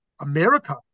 America